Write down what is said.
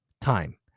time